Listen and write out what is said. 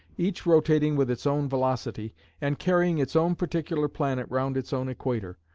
each rotating with its own velocity and carrying its own particular planet round its own equator,